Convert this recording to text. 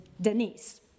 Denise